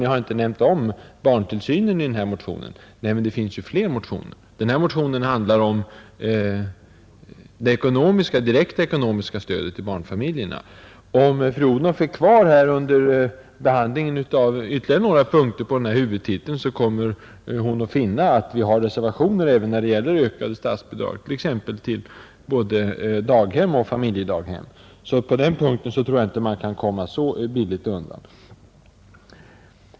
Ni har inte nämnt barntillsynen i motionen.” Nej, men det finns ju fler motioner. Den här motionen handlar om det direkt ekonomiska stödet till barnfamiljerna. Om fru Odhnoff är kvar vid behandlingen av ytterligare några punkter under denna huvudtitel, kommer hon att finna att vi har reservationer som gäller ökade statsbidrag, t.ex. till både daghem och familjedaghem. Så på den punkten tror jag inte att hon kommer så billigt undan.